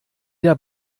der